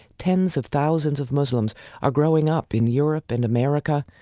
tens of thousands of muslims are growing up in europe and america,